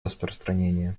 распространения